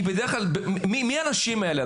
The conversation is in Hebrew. כי מי האנשים האלה,